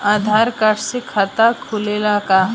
आधार card से खाता खुले ला का?